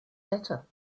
better